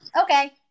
Okay